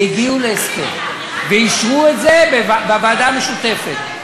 והגיעו להסכם, ואישרו את זה בוועדה המשותפת.